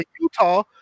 Utah